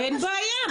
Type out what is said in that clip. אין בעיה,